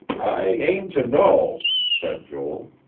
i aim to know, said joel.